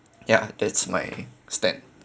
ya that's my stand